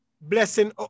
blessing